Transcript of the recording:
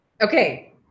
okay